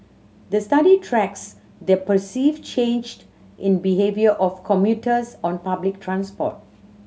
the study tracks the perceived changed in behaviour of commuters on public transport